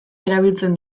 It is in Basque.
erabiltzen